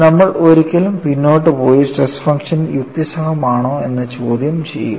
നമ്മൾ ഒരിക്കലും പിന്നോട്ട് പോയി സ്ട്രെസ് ഫംഗ്ഷൻ യുക്തിസഹമാണോ എന്ന് ചോദ്യം ചെയ്യുക